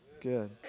Good